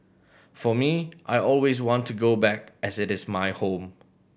for me I always want to go back as it is my home